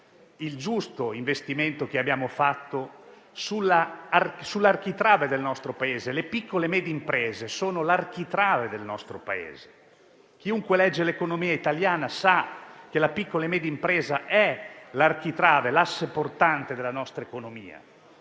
il giusto investimento che abbiamo fatto sull'architrave del nostro Paese. Le piccole e medie imprese sono l'architrave del nostro Paese. Chiunque legge l'economia italiana sa che la piccola e media impresa è l'asse portante della nostra economia.